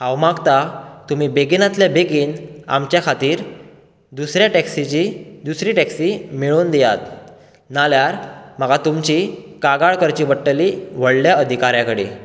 हांव मागतां तुमी बेगिनांतल्या बेगीन आमचे खातीर दुसऱ्या टॅक्सिची दुसरी टॅक्सी मेळोवन दियात नाल्यार म्हाका तुमची कागाळ करची पडटली व्हडल्या अधिकाऱ्या कडेन